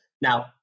now